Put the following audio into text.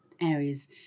areas